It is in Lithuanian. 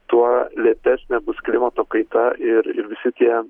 tuo lėtesnė bus klimato kaita ir ir visi tie